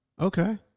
Okay